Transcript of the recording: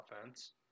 offense